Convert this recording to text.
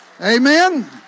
Amen